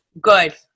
good